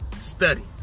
studies